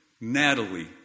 Natalie